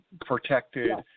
protected